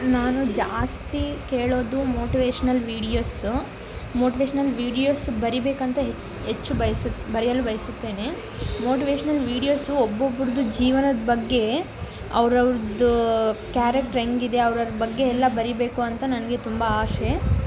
ನಾನು ಜಾಸ್ತಿ ಕೇಳೋದು ಮೋಟಿವೇಶ್ನಲ್ ವೀಡಿಯೊಸ್ಸು ಮೋಟಿವೇಶ್ನಲ್ ವೀಡಿಯೋಸು ಬರೀಬೇಕಂತ ಹೆಚ್ಚು ಬಯಸು ಬರೆಯಲು ಬಯಸುತ್ತೇನೆ ಮೋಟಿವೇಶ್ನಲ್ ವೀಡಿಯೊಸು ಒಬ್ಬೊಬ್ಬರ್ದು ಜೀವನದ ಬಗ್ಗೆ ಅವ್ರವ್ರದ್ದು ಕ್ಯಾರೆಕ್ಟರ್ ಹೆಂಗಿದೆ ಅವ್ರವ್ರು ಬಗ್ಗೆ ಎಲ್ಲ ಬರೀಬೇಕು ಅಂತ ನನಗೆ ತುಂಬ ಆಸೆ